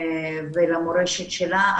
ולמורשת שלה,